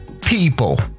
people